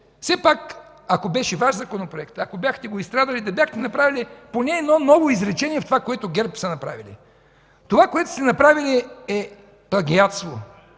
все пак ако беше Ваш законопроект, ако бяхте го изстрадали, да бяхте направили поне едно ново изречение в това, което ГЕРБ са направили. Това, което сте направили, е плагиатство.